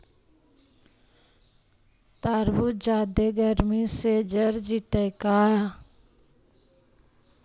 तारबुज जादे गर्मी से जर जितै का?